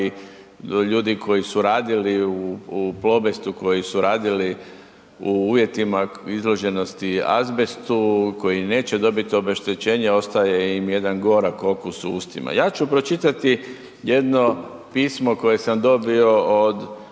ljudi koji su radili u Plobestu, koji su radili u uvjetima izloženosti azbestu, koji neće dobiti obeštećenje ostaje im jedan gorak okus u ustima. Ja ću pročitati jedno pismo koje sam dobio od